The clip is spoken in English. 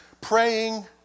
praying